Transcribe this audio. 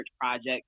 project